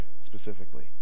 specifically